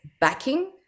backing